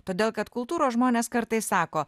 todėl kad kultūros žmonės kartais sako